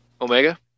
Omega